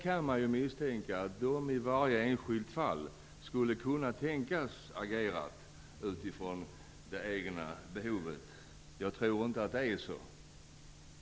Man kan misstänka att de i varje enskilt fall skulle kunna tänkas agera utifrån det egna behovet. Jag tror inte att det är så.